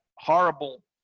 horrible